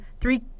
three